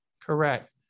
Correct